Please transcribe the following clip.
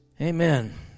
Amen